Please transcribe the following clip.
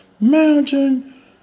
mountain